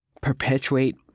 perpetuate